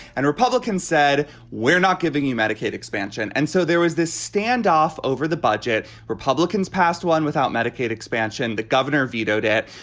and republicans said we're not giving you medicaid expansion. and so there was this standoff over the budget republicans passed one without medicaid expansion. the governor vetoed it.